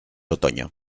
otoño